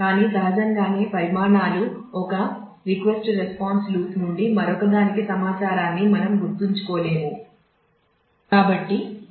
కానీ సహజంగానే పరిణామాలు ఒక రిక్వెస్ట్ రెస్పాన్స్ లూప్కు